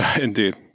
Indeed